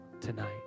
tonight